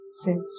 six